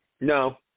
No